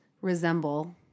resemble